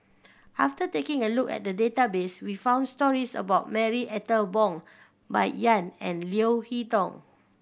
after taking a look at the database we found stories about Marie Ethel Bong Bai Yan and Leo Hee Tong